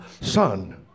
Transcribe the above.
son